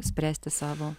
spręsti savo